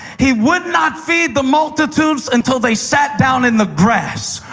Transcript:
he would not feed the multitudes until they sat down in the grass.